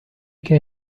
che